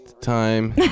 Time